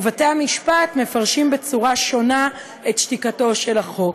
ובתי-המשפט מפרשים בצורה שונה את שתיקתו של החוק.